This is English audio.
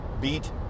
beat